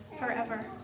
forever